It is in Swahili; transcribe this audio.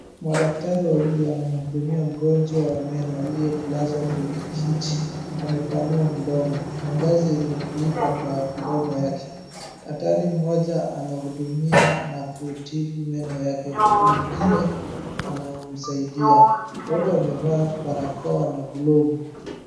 Madaktari wawili wanahudumia mgonjwa wa meno aliyelazwa kwenye kiti. Amepanua mdomo. Mwangazi imeimlikwa kwa mdomo wake. Daktari mmoja anahudumia na kutibu meno yake. Mwingine anamsaidia. Wote wamevaa barakoa na glovu.